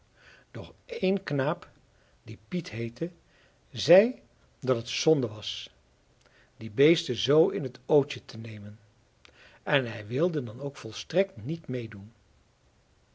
doch één knaap die piet heette zei dat het zonde was die beesten zoo in het ootje te nemen en hij wilde dan ook volstrekt niet meedoen